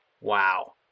Wow